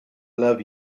love